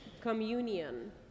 Communion